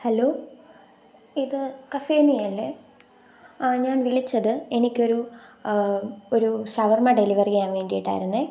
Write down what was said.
hello ഇത് കഫേനിയ അല്ലേ ഞാൻ വിളിച്ചത് എനിക്ക് ഒരു ഒരു ഷവർമ്മ ഡെലിവറി ചെയ്യാൻ വേണ്ടിയിട്ടായിരുന്നു